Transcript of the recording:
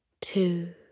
Two